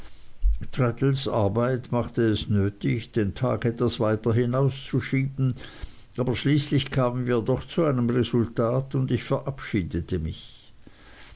arbeit machte es nötig den tag etwas weiter hinauszuschieben aber schließlich kamen wir doch zu einem resultat und ich verabschiedete mich